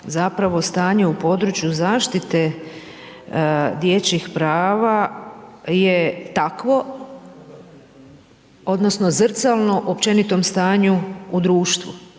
zapravo stanje u području zaštite dječjih prava je takvo odnosno, zrcalno općenito stanju u društvu.